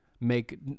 make